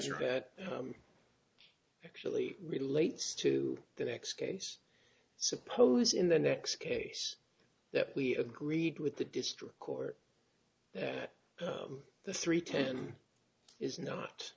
you're actually relates to the next case suppose in the next case that we agreed with the district court that the three ten is not